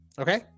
Okay